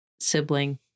sibling